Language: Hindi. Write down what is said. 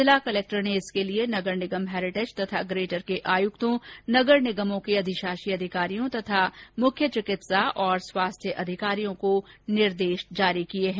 जिला कलेक्टर ने इसके लिये नगर निगम हेरिटेज तथा ग्रेटर के आयुक्तों नगर निगमों के अधिशाषी अधिकारियों तथा मुख्य चिकित्सा और स्वास्थ्य अधिकारियों को निर्देश दिए है